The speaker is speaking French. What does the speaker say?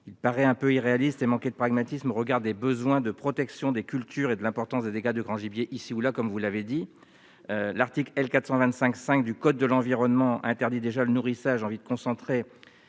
paraît assez irréaliste et peu pragmatique au regard des besoins de protection des cultures et de l'importance des dégâts de grand gibier ici ou là, comme vous l'avez dit. L'article L. 425-5 du code de l'environnement interdit déjà le nourrissage en vue de concentrer